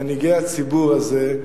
מנהיגי הציבור הזה,